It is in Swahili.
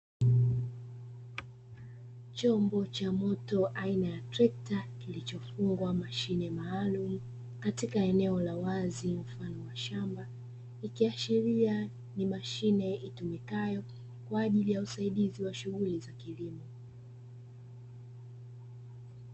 Chombo cha moto aina ya trekta, kilichofungwa mashine maalumu katika eneo la wazi mfano wa shamba, ikiashiria ni mashine itumikayo kwa ajili ya usaidizi wa shughuli za kilimo.